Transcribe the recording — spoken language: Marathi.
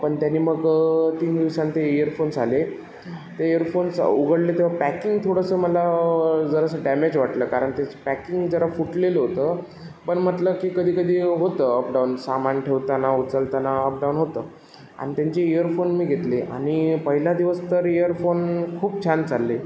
पण त्यांनी मग तीन दिवसांनी ते इयर फोन्स आले ते इयर फोन्स उघडले तव्हा पॅकिंग थोडंसं मला जरासं डॅमेज वाटलं कारण ते पॅकिंग जरा फुटलेलं होतं पण म्हटलं की कधीकधी होतं अपडाऊन सामान ठेवताना उचलताना अपडाऊन होतं आणि त्यांचे इयर फोन मी घेतले आणि पहिला दिवस तर इयर फोन खूप छान चालले